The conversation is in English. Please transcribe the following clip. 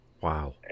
Wow